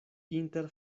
inter